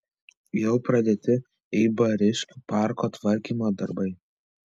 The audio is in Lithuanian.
jau pradėti eibariškių parko tvarkymo darbai